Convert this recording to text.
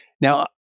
Now